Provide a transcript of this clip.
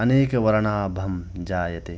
अनेकवर्णाभं जायते